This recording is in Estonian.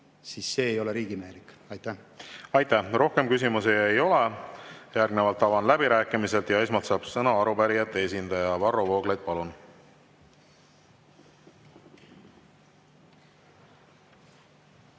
See ei ole riigimehelik. Aitäh! Rohkem küsimusi ei ole. Järgnevalt avan läbirääkimised ja esmalt saab sõna arupärijate esindaja. Varro Vooglaid, palun!